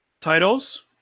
Titles